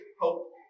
hope